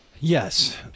Yes